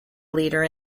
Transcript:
leader